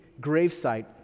gravesite